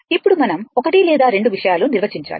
ఇప్పుడు మనం ఒకటి లేదా రెండు విషయాలు నిర్వచించాలి